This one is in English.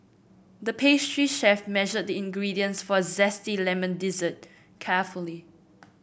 the pastry chef measured the ingredients for a zesty lemon dessert carefully